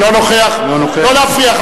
אינו נוכח לא להפריע.